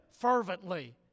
fervently